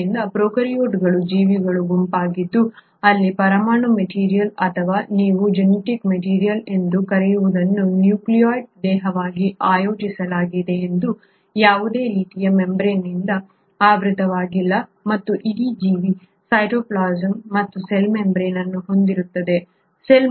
ಆದ್ದರಿಂದ ಪ್ರೊಕಾರ್ಯೋಟ್ಗಳು ಜೀವಿಗಳ ಗುಂಪಾಗಿದ್ದು ಅಲ್ಲಿ ಪರಮಾಣು ಮೆಟೀರಿಯಲ್ ಅಥವಾ ನೀವು ಜೆನೆಟಿಕ್ ಮೆಟೀರಿಯಲ್ ಎಂದು ಕರೆಯುವುದನ್ನು ನ್ಯೂಕ್ಲಿಯಾಯ್ಡ್ ದೇಹವಾಗಿ ಆಯೋಜಿಸಲಾಗಿದೆ ಅದು ಯಾವುದೇ ರೀತಿಯ ಮೆಂಬ್ರೇನ್ನಿಂದ ಆವೃತವಾಗಿಲ್ಲ ಮತ್ತು ಇಡೀ ಜೀವಿ ಸೈಟೋಪ್ಲಾಸಂ ಮತ್ತು ಸೆಲ್ ಮೆಂಬ್ರೇನ್ ಅನ್ನು ಹೊಂದಿರುತ್ತದೆ